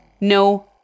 no